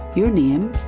your name,